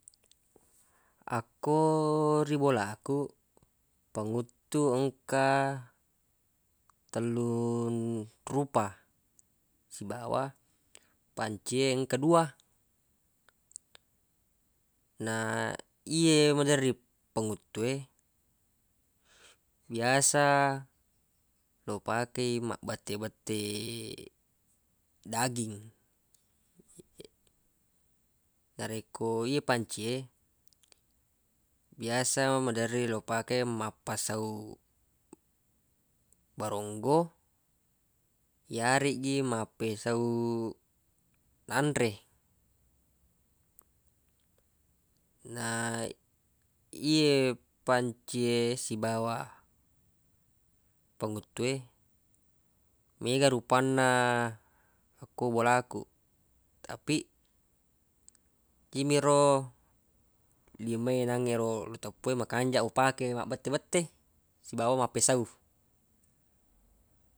Akko ri bolaku panguttu engka tellunrupa sibawa panci e engka dua na iyye maderri panguttu e biasa lo pake i mabbette-bette daging narekko ye panci e biasa maderri lo pake mappasau baronggo yareggi mappesau nanre na iyye pancie sibawa panguttu e mega rupanna akko bola ku tapi yemi ro lima e nangnge ro lo teppue makanja upake mabbette-bette sibawa mappesau.